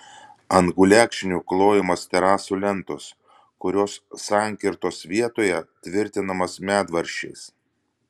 ant gulekšnių klojamos terasų lentos kurios sankirtos vietoje tvirtinamos medvaržčiais